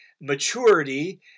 maturity